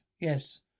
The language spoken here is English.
Yes